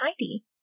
tidy